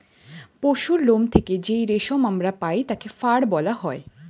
পশুর লোম থেকে যেই রেশম আমরা পাই তাকে ফার বলা হয়